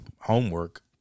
homework